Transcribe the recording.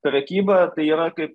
prekyboje tai yra kaip